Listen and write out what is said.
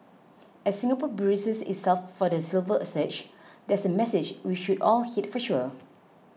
as Singapore braces itself for the silver surge that's a message we should all heed for sure